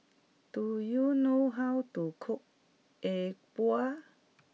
do you know how to cook E Bua